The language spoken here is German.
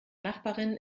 nachbarin